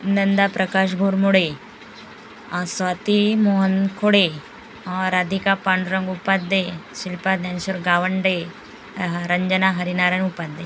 Nanda Prakash Bhormode Swati Mohan Khode Radhika Pandurang Upadhye Shilpa Dnyaneshwar Gawande Ranjana Harinarayan Upadhye